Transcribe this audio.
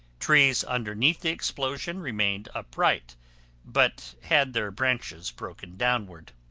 trees underneath the explosion remained upright but had their branches broken downward.